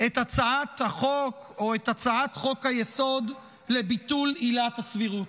את הצעת חוק-יסוד לביטול עילת הסבירות.